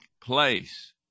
place